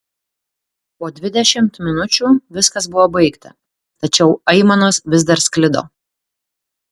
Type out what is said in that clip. po dvidešimt minučių viskas buvo baigta tačiau aimanos vis dar sklido